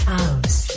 House